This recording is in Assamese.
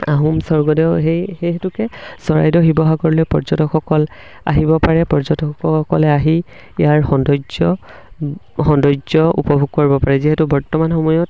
আহোম স্বৰ্গদেউ সেই সেই হেতুকে চৰাইদেউ শিৱসাগৰলৈ পৰ্যটকসকল আহিব পাৰে পৰ্যটকসকলে আহি ইয়াৰ সৌন্দৰ্য সৌন্দৰ্য উপভোগ কৰিব পাৰে যিহেতু বৰ্তমান সময়ত